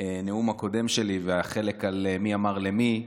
לנאום הקודם שלי והחלק על "מי אמר למי"